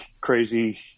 crazy